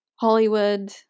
Hollywood